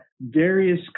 various